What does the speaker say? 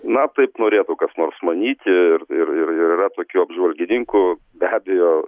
na taip norėtų kas nors manyti ir ir ir yra tokių apžvalgininkų be abejo